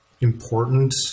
important